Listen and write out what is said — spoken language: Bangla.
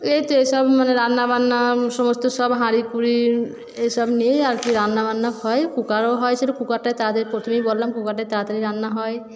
এই তো এসব মানে রান্না বান্না সমস্ত সব হাঁড়িকুড়ি এসব নিয়েই আর কি রান্নাবান্না হয় কুকারও হয় সেটা কুকারটায় তাড়াতাড়ি প্রথমেই বললাম কুকারটায় তাড়াতাড়ি রান্না হয়